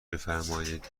بفرمائید